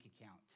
account